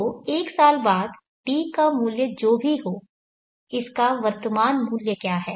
तो एक साल बाद D का मूल्य जो भी हो इसका वर्तमान मूल्य क्या है